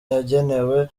yagenewe